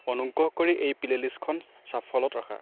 অনুগ্ৰহ কৰি এই প্লে'লিষ্টখন ছাফলত ৰাখা